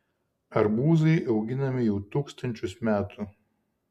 arbūzai auginami jau tūkstančius metų